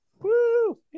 Woo